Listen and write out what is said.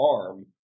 arm